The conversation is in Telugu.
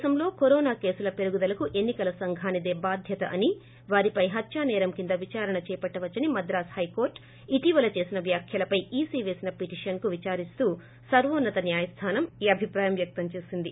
దేశంలో కరోన కేసుల పెరుగుదలకు ఎన్ని కల సంఘానిదే బాధ్యత అని వారిపై హత్యానేరం కింద విదారణ దేపట్లవచ్చని మద్రాస్ హైకోర్లు ఇటీవల చేసిన వ్యాఖ్యలపై ఈసీ పేసిన పిటిషన్ను విచారిస్తూ సర్వోన్నత న్యాయస్థానం ఈ అభిప్రాయం వ్యక్తం చేసింది